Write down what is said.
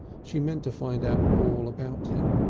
she meant to find out all about him.